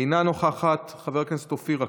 אינה נוכחת, חבר הכנסת אופיר אקוניס,